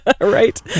right